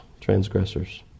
transgressors